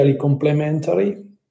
complementary